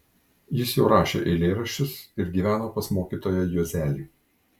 jis jau rašė eilėraščius ir gyveno pas mokytoją juozelį